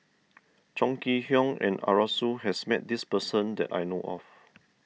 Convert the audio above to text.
Chong Kee Hiong and Arasu has met this person that I know of